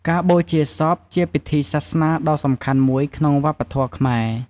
ការបូជាសពជាពិធីសាសនាដ៏សំខាន់មួយក្នុងវប្បធម៌ខ្មែរ។